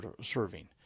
serving